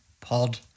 pod